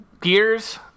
Gears